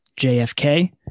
JFK